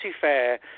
fair